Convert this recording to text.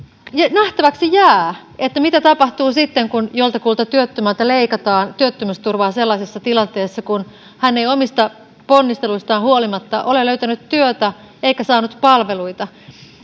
nähtäväksi jää mitä tapahtuu sitten kun joltakulta työttömältä leikataan työttömyysturvaa sellaisessa tilanteessa kun hän ei omista ponnisteluistaan huolimatta ole löytänyt työtä eikä saanut palveluita